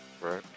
Right